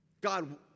God